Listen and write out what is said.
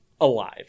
alive